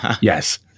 yes